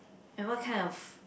and what kind of